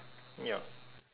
yup